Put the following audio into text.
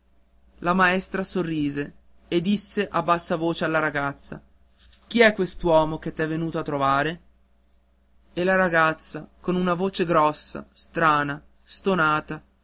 la maestra sorrise e disse a bassa voce alla ragazza chi è quest'uomo che t'è venuto a trovare e la ragazza con una voce grossa strana stuonata